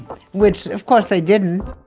which of course they didn't